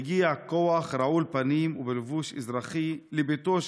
הגיע כוח רעול פנים ובלבוש אזרחי לביתו